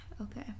Okay